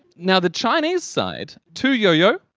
now the chinese side, tu youyou,